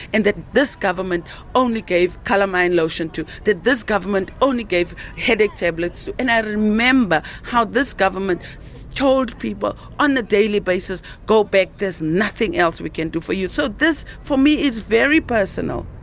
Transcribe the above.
and that this government only gave calamine lotion to, that this government only gave headache tablets to. and i remember how this government told people on a daily basis go back, there's nothing else we can do for you', so this for me is very personal.